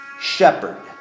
Shepherd